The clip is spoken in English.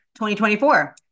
2024